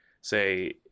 say